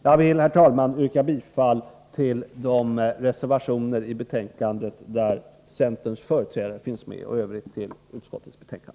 Jag vill, herr talman, yrka bifall till de reservationer där centerns företrädare finns med och i övrigt till utskottets hemställan.